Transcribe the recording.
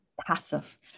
passive